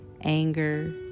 anger